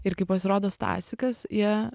ir kai pasirodo stasikas jie